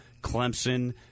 Clemson